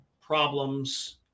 problems